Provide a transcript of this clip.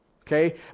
Okay